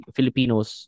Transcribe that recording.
Filipinos